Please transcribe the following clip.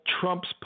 Trump's